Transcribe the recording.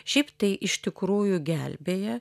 šiaip tai iš tikrųjų gelbėja